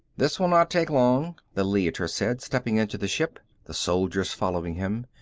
this will not take long, the leiter said, stepping into the ship, the soldiers following him.